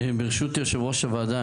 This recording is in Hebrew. ברשות יו"ר הוועדה,